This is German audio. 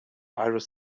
iris